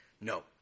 No